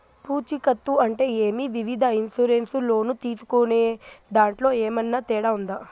పూచికత్తు అంటే ఏమి? వివిధ ఇన్సూరెన్సు లోను తీసుకునేదాంట్లో ఏమన్నా తేడా ఉందా?